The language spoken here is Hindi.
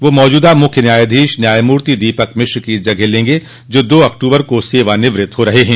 वह मौजूदा मुख्य न्यायाधीश न्यायमूर्ति दीपक मिश्रा की जगह लेंगे जो दो अक्टूबर को सेवानिवृत्त हो रहे हैं